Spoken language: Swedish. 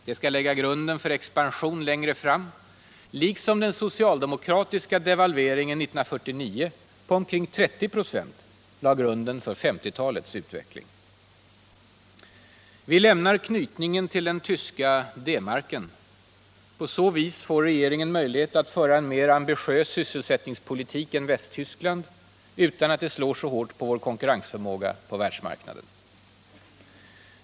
Det skall lägga grunden för expansion längre fram, liksom den socialdemokratiska devalveringen 1949 på omkring 30 26 lade grunden för 1950-talets utveckling. Vi lämnar knytningen till den tyska D-marken. På så vis får regeringen möjlighet att föra en mer ambitiös sysselsättningspolitik än Västtyskland, utan att det slår så hårt mot vår konkurrensförmåga på världsmarknaden.